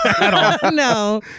no